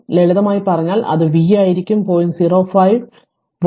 ലളിതമായി പറഞ്ഞാൽ അത് v ആയിരിക്കും 0